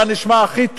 אתה נשמע הכי טוב,